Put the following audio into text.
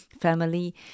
family